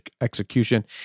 execution